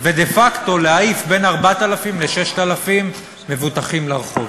ודה-פקטו להעיף בין 4,000 ל-6,000 מבוטחים לרחוב?